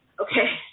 Okay